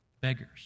beggars